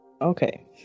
Okay